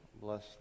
bless